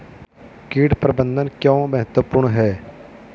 कीट प्रबंधन क्यों महत्वपूर्ण है?